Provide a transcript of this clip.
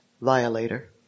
violator